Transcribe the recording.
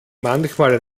manchmal